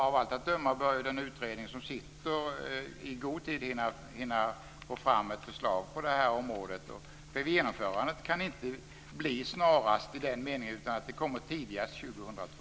Av allt att döma bör den utredning som sitter i god tid hinna få fram ett förslag på det här området. Genomförandet kan inte bli snarast i den meningen, utan det kommer tidigast 2002.